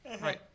Right